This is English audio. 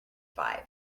five